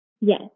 Yes